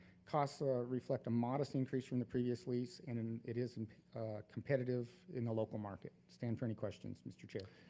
costs ah reflect a modest increase from the previous lease and and it is competitive in the local market. stand for any questions, mr. chair.